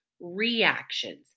reactions